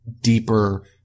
deeper